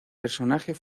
personaje